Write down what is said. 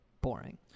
boring